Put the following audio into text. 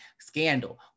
scandal